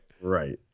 Right